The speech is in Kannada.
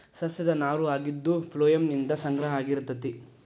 ಸಸ್ಯದ ನಾರು ಆಗಿದ್ದು ಪ್ಲೋಯಮ್ ನಿಂದ ಸಂಗ್ರಹ ಆಗಿರತತಿ